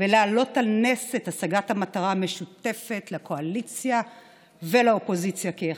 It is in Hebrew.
ולהעלות על נס את השגת המטרה המשותפת לקואליציה ולאופוזיציה כאחד,